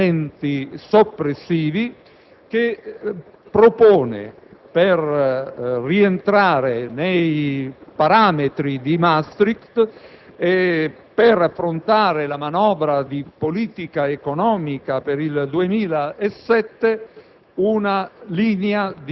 molti emendamenti soppressivi), la quale, al fine di rientrare nei parametri di Maastricht e per affrontare la manovra di politica economica per il 2007,